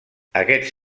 aquest